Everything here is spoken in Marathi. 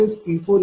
तसेच P40